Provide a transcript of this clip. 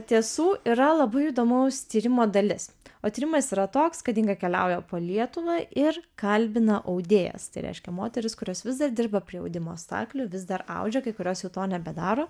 tiesų yra labai įdomaus tyrimo dalis o tyrimas yra toks kad inga keliauja po lietuvą ir kalbina audėjas tai reiškia moteris kurios vis dar dirba prie audimo staklių vis dar audžia kai kurios jau to nebedaro